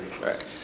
right